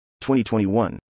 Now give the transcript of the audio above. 2021